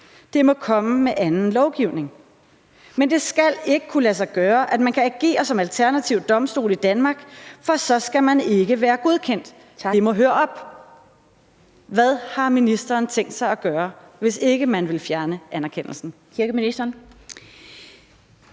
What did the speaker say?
Det må komme med anden lovgivning. Men det skal ikke kunne lade sig gøre at agere som alternativ domstol i Danmark, for så skal man ikke være godkendt. Det må høre op«. Hvad har ministeren tænkt sig at gøre, hvis ikke man vil fjerne anerkendelsen? Kl. 12:30 Den